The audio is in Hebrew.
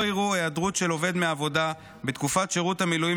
לא יראו היעדרות של עובד מהעבודה בתקופת שירות המילואים